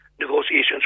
negotiations